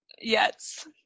Yes